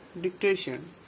Dictation